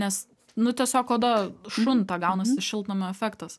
nes nu tiesiog oda šunta gaunasi šiltnamio efektas